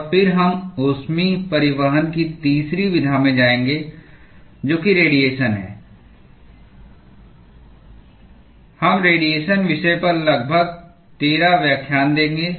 और फिर हम ऊष्मीय परिवहन की तीसरी विधा में जाएंगे जो कि रेडीएशन है हम रेडीएशन विषय पर लगभग 13 व्याख्यान देंगे